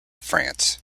france